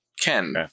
Ken